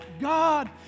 God